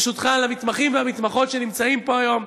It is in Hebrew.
ברשותך, למתמחים והמתמחות שנמצאים פה היום.